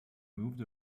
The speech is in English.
moved